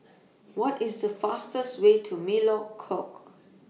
What IS The fastest Way to Melekeok